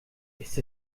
ist